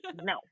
no